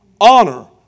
honor